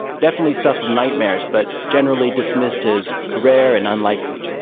definitely stuff of nightmares but generally dismissed as rare and unlikely.